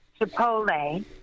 Chipotle